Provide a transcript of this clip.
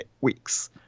weeks